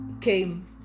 came